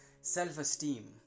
self-esteem